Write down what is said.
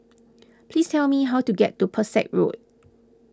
please tell me how to get to Pesek Road